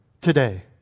today